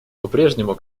попрежнему